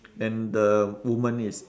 and the woman is